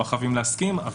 לא חייבים להסכים.